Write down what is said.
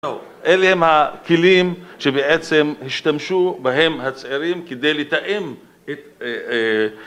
אלה הם הכלים שבעצם השתמשו בהם הצעירים כדי לתאם את...